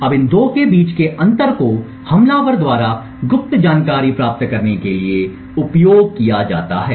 अब इन 2 के बीच के अंतर को हमलावर द्वारा गुप्त जानकारी प्राप्त करने के लिए उपयोग किया जाता है